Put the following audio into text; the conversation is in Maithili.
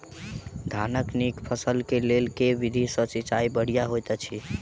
धानक नीक फसल केँ लेल केँ विधि सँ सिंचाई बढ़िया होइत अछि?